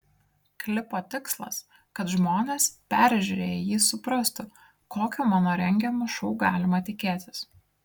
klipo tikslas kad žmonės peržiūrėję jį suprastų kokio mano rengiamo šou galima tikėtis